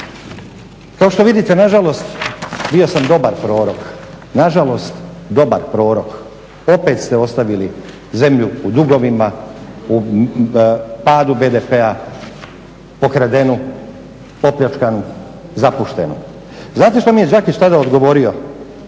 Kao što vidite nažalost, bio sam dobar prorok, nažalost dobar prorok. Opet ste ostavili zemlju u dugovima, u padu BDP-a, pokradenu, opljačkanu, zapuštenu. Znate što mi je Đakić tada odgovorio,